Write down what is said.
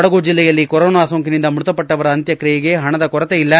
ಕೊಡಗು ಜಿಲ್ಲೆಯಲ್ಲಿ ಕೊರೊನಾ ಸೋಂಕಿನಿಂದ ಮೃತಪಟ್ಟವರ ಅಂತ್ಯಕ್ರಿಯೆಗೆ ಪಣದ ಕೊರತೆ ಇಲ್ಲ